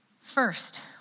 First